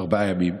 וארבעה ימים,